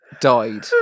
died